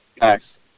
Nice